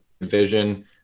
vision